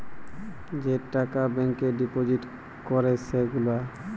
যে টাকা ব্যাংকে ডিপজিট ক্যরে সে গুলা